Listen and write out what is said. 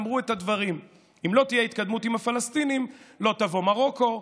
אמרו את הדברים: אם לא תהיה התקדמות עם הפלסטינים לא תבוא מרוקו,